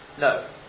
no